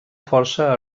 força